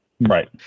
Right